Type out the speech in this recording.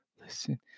listen